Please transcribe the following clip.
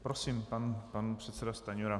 Prosím, pan předseda Stanjura.